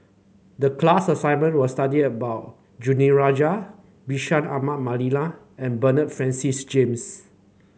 the class assignment was study about Danaraj Bashir Ahmad Mallal and Bernard Francis James